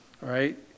Right